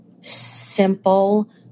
simple